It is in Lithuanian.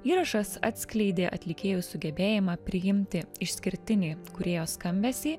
įrašas atskleidė atlikėjų sugebėjimą priimti išskirtinį kūrėjo skambesį